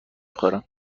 خورم